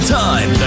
time